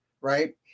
right